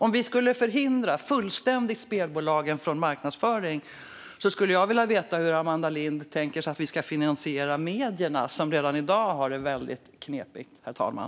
Om vi fullständigt skulle hindra spelbolagen från marknadsföring skulle jag vilja veta hur Amanda Lind tänker sig att vi ska finansiera medierna, som redan i dag har det väldigt knepigt, herr talman.